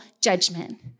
judgment